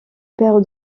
père